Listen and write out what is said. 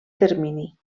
termini